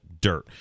dirt